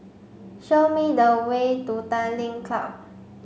show me the way to Tanglin Club